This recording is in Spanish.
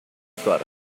actuar